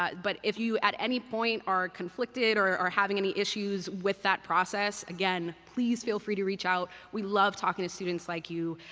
but if you, at any point, are conflicted or or having any issues with that process, again, please feel free to reach out. we love talking to students like you.